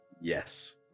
Yes